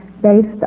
based